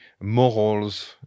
morals